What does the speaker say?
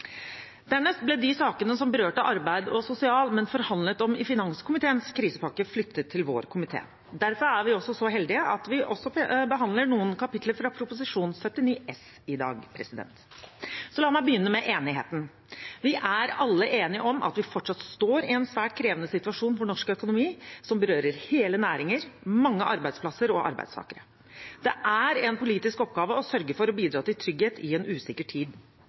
Dernest ble de sakene som berørte arbeids- og sosialkomiteen, men ble forhandlet om i finanskomiteens krisepakke, flyttet til vår komité. Derfor er vi så heldige at vi også behandler noen kapitler fra Prop. 79 S i dag. La meg begynne med enigheten: Vi er alle enige om at vi fortsatt står i en svært krevende situasjon for norsk økonomi – som berører hele næringer, mange arbeidsplasser og arbeidstakere. Det er en politisk oppgave å sørge for å bidra til trygghet i en usikker tid.